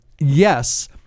yes